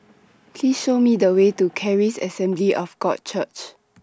Please Show Me The Way to Charis Assembly of God Church